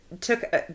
took